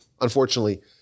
unfortunately